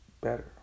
better